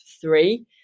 three